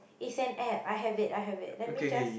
it's an app I have it I have it let me just